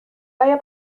آیا